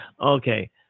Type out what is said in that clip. Okay